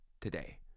today